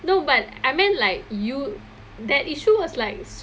no but I meant like you that issue was like